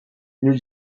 new